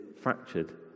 fractured